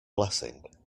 blessing